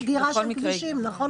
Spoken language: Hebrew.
הייתה סגירה של כבישים, נכון.